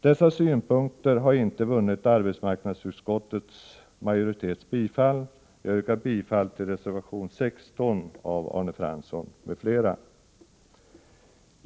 Dessa synpunkter har inte vunnit gehör hos arbetsmarknadsutskottets majoritet.